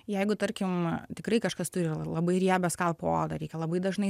jeigu tarkim tikrai kažkas turi labai riebią skalpo odą reikia labai dažnai